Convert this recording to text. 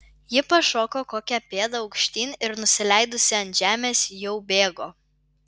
ji pašoko kokią pėdą aukštyn ir nusileidus ant žemės jau bėgo